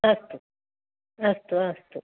अस्तु अस्तु अस्तु